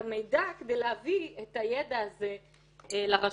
המידע הזה ולהביא את המידע הזה לרשויות.